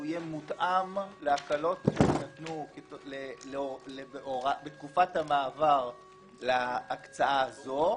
שיהיה מותאם להקלות שיינתנו בתקופת המעבר להקצאה הזאת,